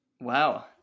Wow